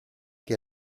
che